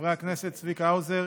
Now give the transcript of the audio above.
חברי הכנסת צבי האוזר,